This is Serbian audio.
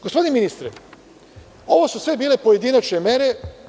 Gospodine ministre, ovo su sve bile pojedinačne mere.